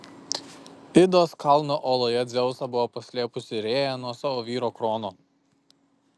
idos kalno oloje dzeusą buvo paslėpusi rėja nuo savo vyro krono